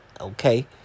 Okay